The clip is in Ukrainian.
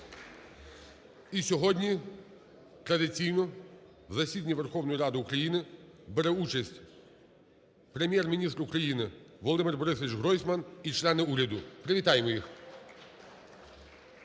І сьогодні традиційно у засіданні Верховної Ради України бере участь Прем'єр-міністр України Володимир Борисович Гройсман і члени уряди. Привітаємо їх.